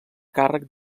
càrrec